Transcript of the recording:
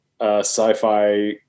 sci-fi